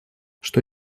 что